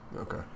Okay